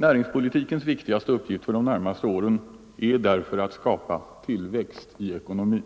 Näringspolitikens viktigaste uppgift för de närmaste åren är därför att skapa tillväxt i ekonomin.